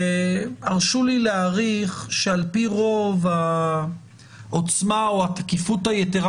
והרשו לי להעריך שעל פי רוב העוצמה או התקיפות היתרה